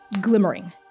glimmering